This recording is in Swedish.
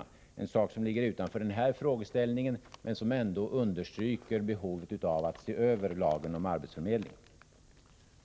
Detta är förvisso en sak som ligger utanför den här frågeställningen men som ändå understryker behovet av att lagen om arbetsförmedling